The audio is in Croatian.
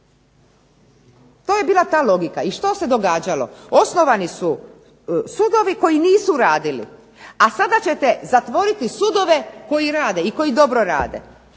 To je bila ta logika. I što se događalo? Osnovani su sudovi koji nisu radili. A sada ćete zatvoriti sudove koji rade, i koji dobro rade.